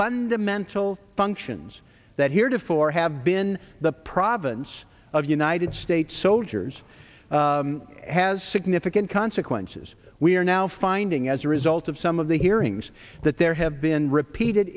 fundamental functions that heretofore have been the province of united states soldiers has significant consequences we are now finding as a result of some of the hearings that there have been repeated